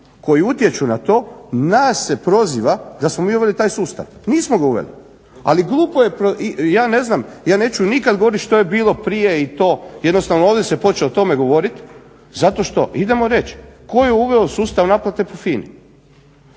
koji utječu na to nas se proziva da smo mi uveli taj sustav, nismo ga uveli. Ali glupo je i ja ne znam ja neću nikada govoriti što je bilo prije i to jednostavno ovdje se počelo o tome govoriti zato što idemo reći, tko je uveo sustav naplate po